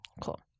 Cool